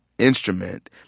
instrument